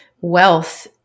wealth